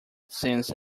since